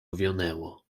owionęło